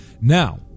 now